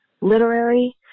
literary